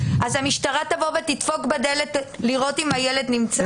אז המשטרה תבוא ותדפוק בדלת לראות אם הילד נמצא?